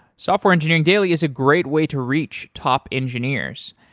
software engineering daily is a great way to reach top engineers.